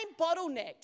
bottlenecked